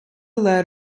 led